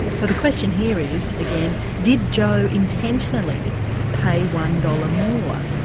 so the question here is, again, did joe intentionally pay one dollars more?